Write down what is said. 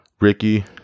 Ricky